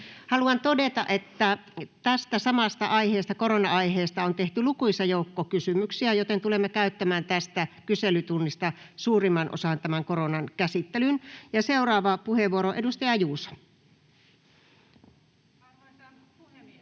Haluan todeta, että tästä samasta aiheesta, korona-aiheesta, on tehty lukuisa joukko kysymyksiä, joten tulemme käyttämään tästä kyselytunnista suurimman osan koronan käsittelyyn. — Ja seuraava puheenvuoro, edustaja Juuso. [Speech